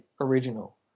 original